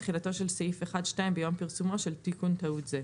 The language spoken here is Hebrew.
תחילתו של סעיף 1(2) ביום פרסומו של תיקון טעות זה.